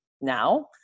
now